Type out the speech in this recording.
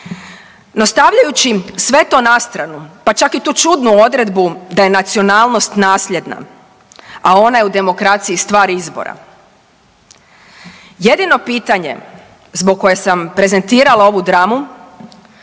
No stavljajući sve to na stranu pa čak i tu čudnu odredbu da je nacionalnost nasljedna, a ona je u demokraciji stvar izbora, jedino pitanje zbog koje sam prezentirala ovu dramu